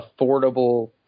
affordable